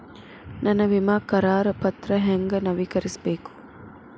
ನನ್ನ ವಿಮಾ ಕರಾರ ಪತ್ರಾ ಹೆಂಗ್ ನವೇಕರಿಸಬೇಕು?